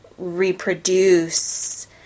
reproduce